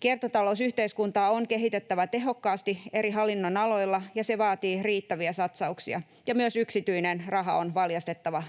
Kiertotalousyhteiskuntaa on kehitettävä tehokkaasti eri hallinnonaloilla, ja se vaatii riittäviä satsauksia, ja myös yksityinen raha on valjastettava